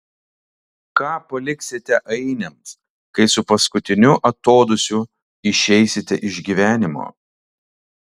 ką paliksite ainiams kai su paskutiniu atodūsiu išeisite iš gyvenimo